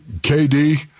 KD